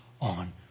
on